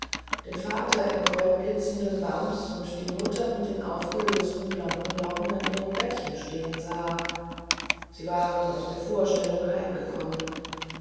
den vater im goldblitzenden wams und die mutter mit den aufgelösten blonden locken an ihrem bettchen stehen sah sie waren aus der vorstellung heimgekommen